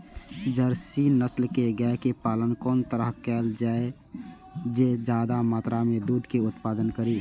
Jersey नस्ल के गाय के पालन कोन तरह कायल जाय जे ज्यादा मात्रा में दूध के उत्पादन करी?